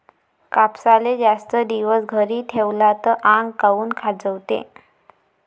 कापसाले जास्त दिवस घरी ठेवला त आंग काऊन खाजवते?